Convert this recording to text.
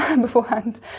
beforehand